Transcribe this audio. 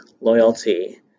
loyalty